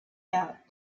out